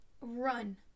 run